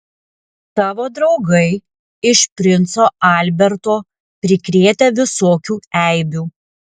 tavo draugai iš princo alberto prikrėtę visokių eibių